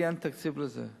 לי אין תקציב לזה,